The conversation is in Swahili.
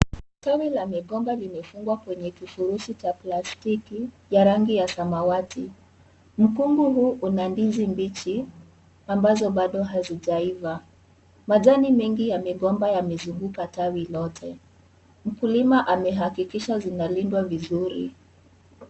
Tawi la migomba limefungwa kwenye kifurushi cha plastiki ya rangi ya samawati. Mkungu huu una ndizi mbichi ambazo bado hazijaiva. Majani mingi ya migomba yamezunguka tawi lote. Mkulima amehakikisha zinalindwa vizuri.